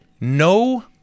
No